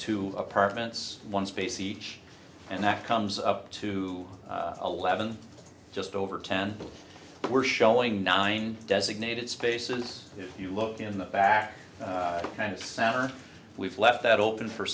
two apartments one space each and that comes up to eleven just over ten we're showing nine designated spaces you look in the back kind of saturn we've left that open for